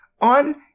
on